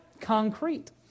concrete